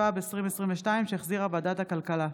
התשפ"ב 2022, שהחזירה ועדת הכלכלה.